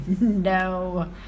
No